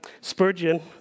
Spurgeon